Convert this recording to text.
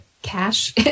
cash